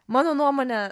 mano nuomone